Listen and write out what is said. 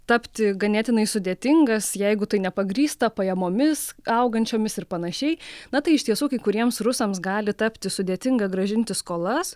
tapti ganėtinai sudėtingas jeigu tai nepagrįsta pajamomis augančiomis ir panašiai na tai iš tiesų kai kuriems rusams gali tapti sudėtinga grąžinti skolas